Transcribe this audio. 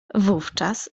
wówczas